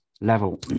level